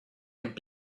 would